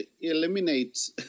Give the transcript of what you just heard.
eliminate